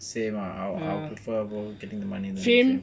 same ah I will I will prefer getting the money than the fame